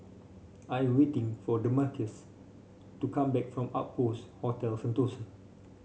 I am waiting for the Damarcus to come back from Outpost Hotel Sentosa